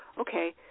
okay